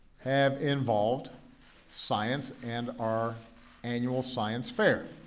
have involved science and our annual science fair.